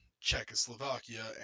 Czechoslovakia